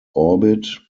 orbit